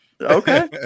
Okay